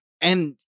And-